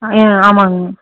ஆமாங்க